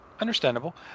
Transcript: Understandable